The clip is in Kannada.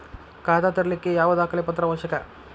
ಖಾತಾ ತೆರಿಲಿಕ್ಕೆ ಯಾವ ದಾಖಲೆ ಪತ್ರ ಅವಶ್ಯಕ?